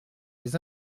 les